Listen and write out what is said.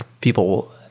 people